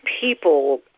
People